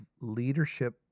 leadership